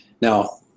Now